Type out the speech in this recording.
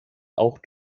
auch